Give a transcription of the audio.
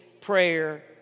prayer